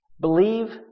believe